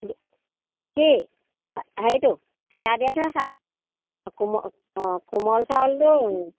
কি হেৰিটো চেৱা দিয়াটোহে খায় কোম অঁ কোমল চাউলটো